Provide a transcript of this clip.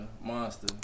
Monster